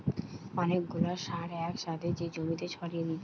অনেক গুলা সার এক সাথে যে জমিতে ছড়িয়ে দিতেছে